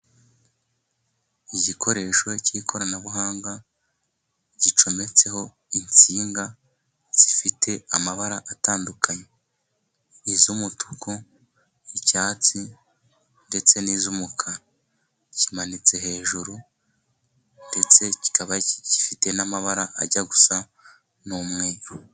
Igikoresho cy'ikoranabuhanga gicometseho insinga, zifite amabara atandukanye iz'umutuku, icyatsi ndetse n'iz'umukara, kimanitse hejuru ndetse kikaba gifite n'amabara ajya gusa n'umweru.